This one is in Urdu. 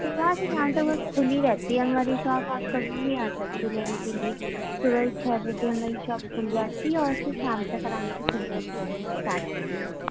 صُبح سے شام تک بس كُھلی رہتی ہے ہماری شاپ آپ کبھی بھی آ سكتی لینے كے لیے صُبح ہی چھ بجے میری شاپ کھل جاتی ہے اور پھر شام تک آرام سے كُھلی رہتی ہے سات بجے تک